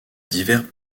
divers